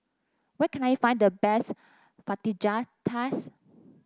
where can I find the best Fajitas